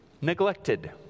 neglected